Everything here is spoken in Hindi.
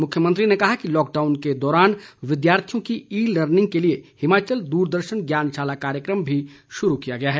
मुख्यमंत्री ने कहा कि लॉकडाउन के दौरान विद्यार्थियों की ई लर्निंग के लिए हिमाचल द्रदर्शन ज्ञानशाला कार्यक्रम भी शुरू किया गया है